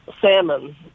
salmon